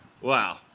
Wow